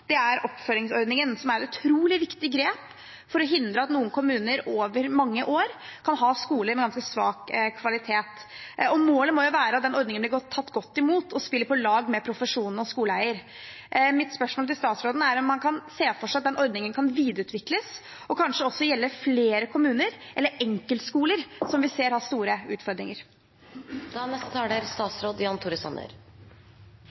oppfølgingsordningen, som er et utrolig viktig grep for å hindre at noen kommuner over mange år kan ha skoler med ganske svak kvalitet. Målet må være at ordningen blir tatt godt imot og spiller på lag med profesjonen og skoleeier. Mitt spørsmål til statsråden er om han kan se for seg at ordningen kan videreutvikles og kanskje også gjelde flere kommuner eller enkeltskoler som vi ser har store utfordringer. Jeg er